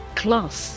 class